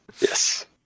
Yes